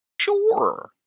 Sure